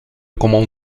commande